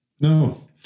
No